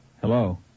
Hello